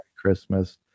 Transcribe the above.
Christmas